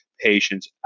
patients